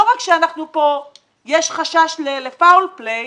לא רק שיש חשש ל-foul play,